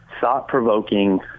thought-provoking